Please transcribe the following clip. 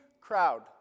crowd